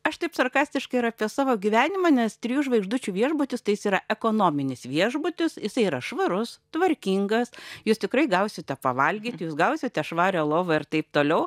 aš taip sarkastiškai ir apie savo gyvenimą nes trijų žvaigždučių viešbutis tai jis yra ekonominis viešbutis jisai yra švarus tvarkingas jūs tikrai gausite pavalgyti jūs gausite švarią lovą ir taip toliau